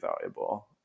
valuable